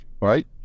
Right